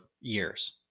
years